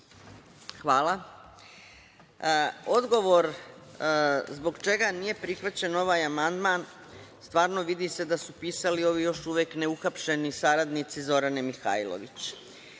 Hvala. Odgovor zbog čega nije prihvaćen ovaj amandman, stvarno, vidi se da su pisali još uvek ne uhapšeni saradnici Zorane Mihajlović. Amandman